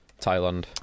Thailand